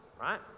right